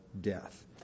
death